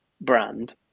brand